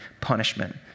punishment